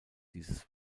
dieses